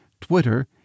Twitter